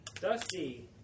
Dusty